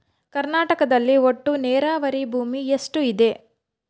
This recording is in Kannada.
ಕರ್ನಾಟಕದಲ್ಲಿ ಒಟ್ಟು ನೇರಾವರಿ ಭೂಮಿ ಎಷ್ಟು ಇದೆ?